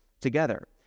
together